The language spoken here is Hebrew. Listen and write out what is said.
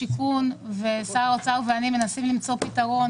שר השיכון ואנוכי מנסים למצוא פתרון